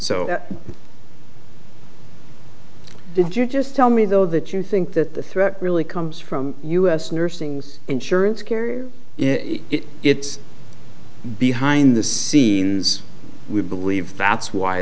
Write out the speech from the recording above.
so did you just tell me though that you think that the threat really comes from us nursings insurance carriers if it's behind the scenes we believe that's why